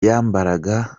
yambaraga